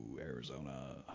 Arizona